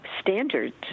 standards